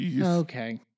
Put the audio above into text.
Okay